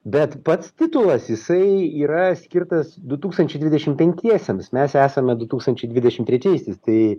bet pats titulas jisai yra skirtas du tūkstančiai dvidešim penktiesiems mes esame du tūkstančiai dvidešim trečiaisiais tai